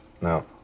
No